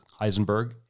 Heisenberg